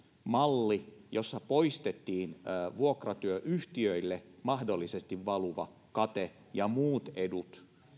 jossa poistettiin vuokratyöyhtiöille mahdollisesti valuva kate ja muut edut